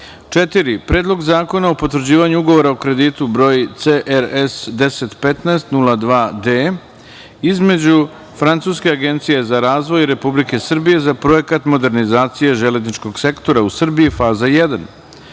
promene, Predlog zakona o potvrđivanju Ugovora o kreditu br. CRS 1015 02 D između Francuske agencije za razvoj i Republike Srbije za Projekat modernizacije železničkog sektora u Srbiji Faza